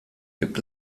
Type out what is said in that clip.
gibt